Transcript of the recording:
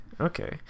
Okay